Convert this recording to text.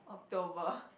Dover